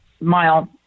mile